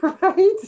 right